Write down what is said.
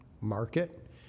market